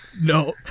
No